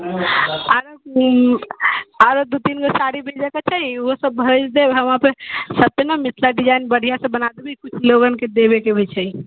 आरो दू तीन आरो दू तीनो गो साड़ी भेजैके छै ओहोसभ भेज देब हम अपन सभ पर ने मिथिला डिजाइन बढ़िआँसँ बना देबै किछु लोगनकेँ देबैके भी छै